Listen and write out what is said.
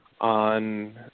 on